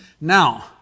Now